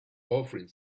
offering